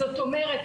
זאת אומרת,